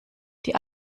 die